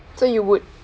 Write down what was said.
so you would